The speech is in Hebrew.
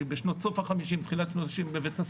סוף שנות ה-50 תחילת שנות ה-60 בבית-הספר